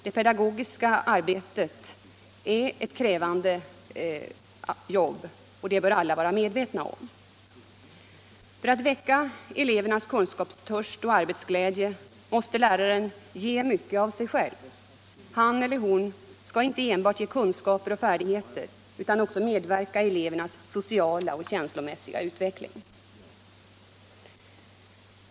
Det pedagogiska arbetet är ett krävande jobb, och det bör alla vara medvetna om. För att väcka elevernas kunskapstörst och arbetsglädje måste läraren ge så mycket av sig själv. Han/hon skall inte enbart ge kunskaper och färdigheter utan också medverka i elevernas sociala och känslomässiga utveckling.